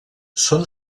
són